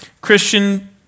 Christian